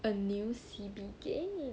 a new C_B game